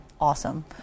awesome